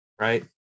right